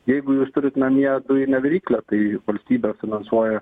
jeigu jūs turit namie dujinę viryklę tai valstybė finansuoja